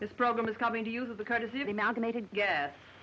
this program is coming to use the